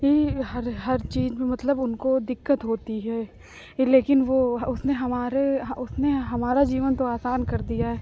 ये हर हर चीज में मतलब उनको दिक्कत होती है ये लेकिन वो उसने हमारे उसने हमारा जीवन तो आसान कर दिया है